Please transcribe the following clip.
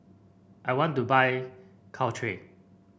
I want to buy Caltrate